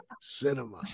cinema